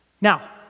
Now